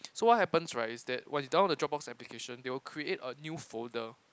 so what happens right is that when you download the Dropbox application they will create a new folder